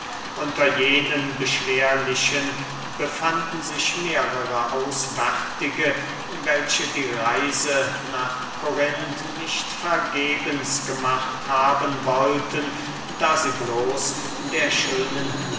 unter jenen beschwerlichen befanden sich mehrere auswärtige welche die reise nach korinth nicht vergebens gemacht haben wollten da sie bloß der schönen